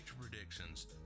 predictions